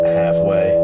halfway